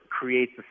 creates